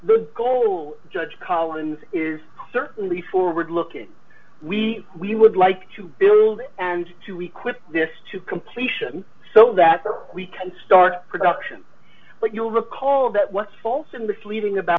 the goal judge collins is certainly forward looking we we would like to build and to we quit this to completion so that we can start production but you'll recall that was false and misleading about